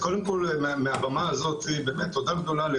תודה גדולה לרן,